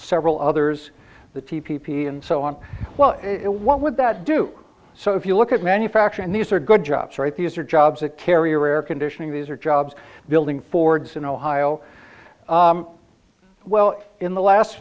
several others the p p p and so on well what would that do so if you look at manufacturing these are good jobs right these are jobs that carrier air conditioning these are jobs building fords in ohio well in the last